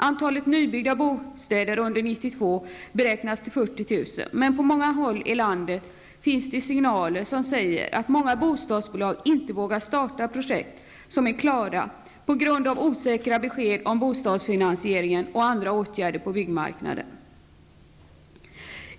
Antalet nybyggda bostäder under 1992 beräknas till 40 000, men på många håll i landet finns det signaler som säger att många bostadsbolag inte vågar starta projekt som är klara på grund av osäkra besked om bostadsfinansieringen och på grund av andra åtgärder på byggmarknaden.